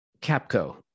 Capco